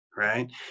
right